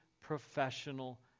professional